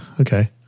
okay